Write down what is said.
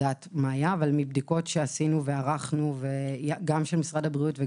מבדיקות שעשינו יחד עם משרד הבריאות,